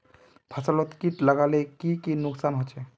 फसलोत किट लगाले की की नुकसान होचए?